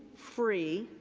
free,